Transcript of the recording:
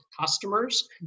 customers